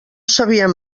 sabíem